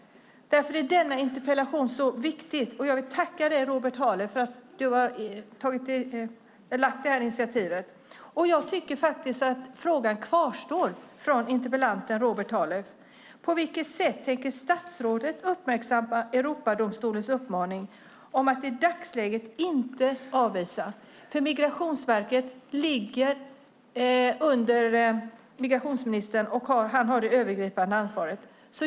Därför är denna interpellation så viktig. Jag vill tacka dig, Robert Halef, för att du har tagit det här initiativet. Jag tycker att frågan från interpellanten Robert Halef kvarstår: På vilket sätt tänker statsrådet uppmärksamma Europadomstolens uppmaning att i dagsläget inte avvisa? Migrationsverket ligger under migrationsministern, och han har det övergripande ansvaret.